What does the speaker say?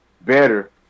better